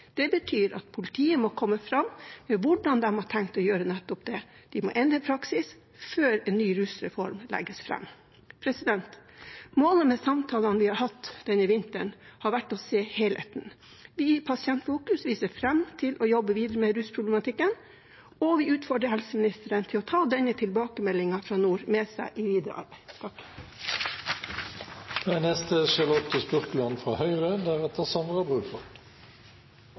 Det betyr at politiet må komme fram med hvordan de har tenkt å gjøre nettopp det. De må endre praksis før en ny rusreform legges fram. Målet med samtalene vi har hatt denne vinteren, har vært å se helheten. Vi i Pasientfokus ser fram til å jobbe videre med rusproblematikken, og vi utfordrer helseministeren til å ta denne tilbakemeldingen fra nord med seg i